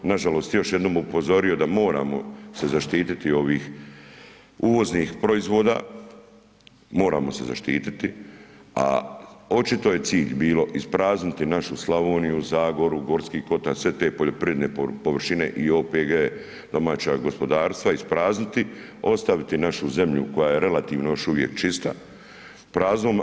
Nažalost, još jednom bih upozorio da se moramo zaštiti ovih uvoznih proizvoda, moramo se zaštiti, a očito je cilj bilo isprazniti našu Slavoniju, Zagoru, Gorski kotar, sve te poljoprivredne površine i OPG-ove, domaća gospodarstva isprazniti, ostaviti našu zemlju koja je relativno još uvije čista praznom.